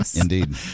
indeed